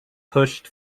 pushed